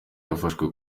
yafashwe